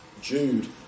Jude